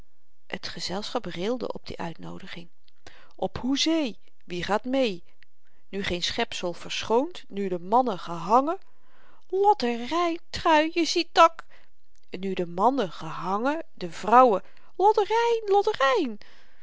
t gezelschap rilde op die uitnoodiging op hoezee wie gaat mee nu geen schepsel verschoond nu de mannen gehangen lodderyn trui je ziet dâ k nu de mannen gehangen de vrouwen lodderyn lodderyn